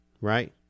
right